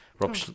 Rob